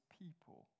people